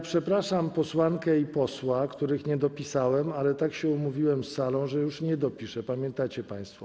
Przepraszam posłankę i posła, których nie dopisałem, ale umówiłem się z salą, że już nie dopiszę, pamiętacie państwo.